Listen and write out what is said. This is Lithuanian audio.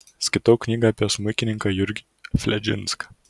skaitau knygą apie smuikininką jurgį fledžinską